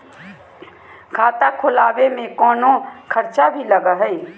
खाता खोलावे में कौनो खर्चा भी लगो है?